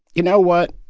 you know what?